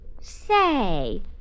Say